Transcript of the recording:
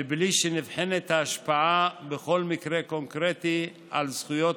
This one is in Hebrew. מבלי שנבחנת ההשפעה בכל מקרה קונקרטי על זכויות